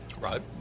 Right